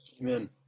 Amen